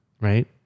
Right